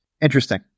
Interesting